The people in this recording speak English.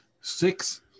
six